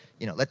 you know, like